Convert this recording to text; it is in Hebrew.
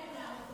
גם אנחנו